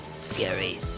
scary